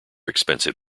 expensive